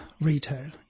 retail